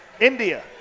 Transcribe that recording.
India